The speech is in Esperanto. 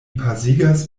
pasigas